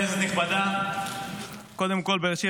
כנסת נכבדה, קודם כול בראשית